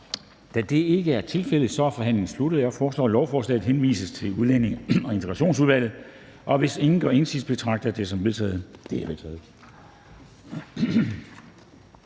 Da det ikke er tilfældet, er forhandlingen sluttet. Jeg foreslår, at lovforslaget henvises til Udlændinge- og Integrationsudvalget. Og hvis ingen gør indsigelse, betragter jeg det som vedtaget. Det er vedtaget.